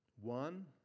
One